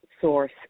source